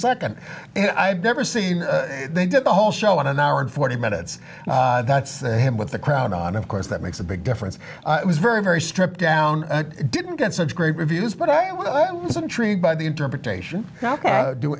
second and i've never seen they did the whole show in an hour and forty minutes that's the him with the crowd on of course that makes a big difference it was very very stripped down didn't get such great reviews but i was intrigued by the interpretation do